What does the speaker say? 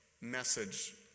message